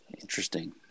Interesting